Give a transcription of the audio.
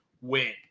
win